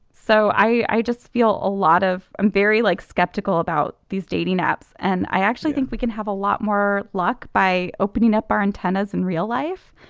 so i just feel a lot of i'm very like skeptical about these dating apps and i actually think we can have a lot more luck by opening up our antennas in real life.